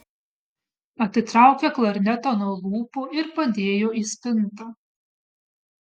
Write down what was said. atitraukė klarnetą nuo lūpų ir padėjo į spintą